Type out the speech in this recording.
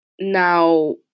now